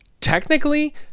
Technically